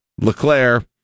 LeClaire